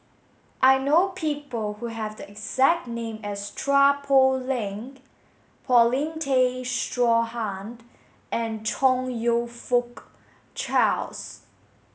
I know people who have the exact name as Chua Poh Leng Paulin Tay Straughan and Chong You Fook Charles